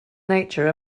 nature